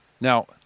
Now